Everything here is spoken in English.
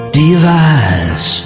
device